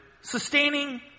sustaining